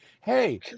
Hey